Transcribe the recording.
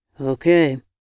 Okay